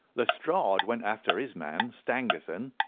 lestrade went after his man, stangerson,